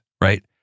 right